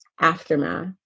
Aftermath